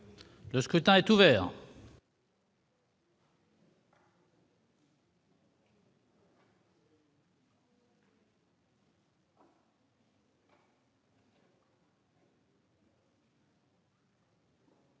Le scrutin est ouvert.